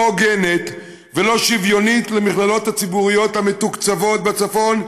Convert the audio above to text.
הוגנת ולא שוויונית עם המכללות הציבוריות המתוקצבות בצפון,